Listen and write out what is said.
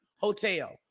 hotel